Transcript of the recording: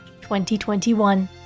2021